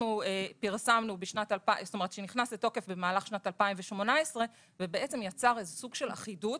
שנכנס לתוקף במהלך שנת 2018 ובעצם יצר איזה סוג של אחידות.